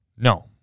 No